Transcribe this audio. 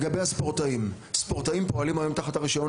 לגבי הספורטאים: ספורטאים פועלים היום תחת הרישיון